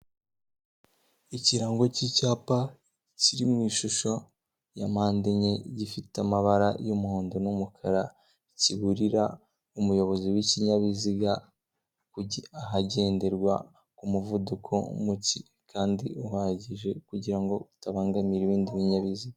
Ikirango cy'icyapa kiri mu ishusho ya mpande enye, gifite amabara y'umuhondo n'umukara, kiburira umuyobozi w'ikinyabiziga ahagenderwa ku muvuduko mucye kandi uhagije kugirango utabangamira ibindi binyabiziga.